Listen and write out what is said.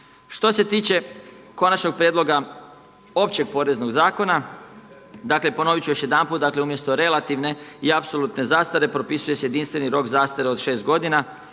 Što se tiče konačnog prijedloga Općeg poreznog zakona, dakle ponovit ću još jedanput, umjesto relativne i apsolutne zastare propisuje se jedinstveni rok zastare od 6 godina.